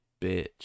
bitch